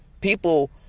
people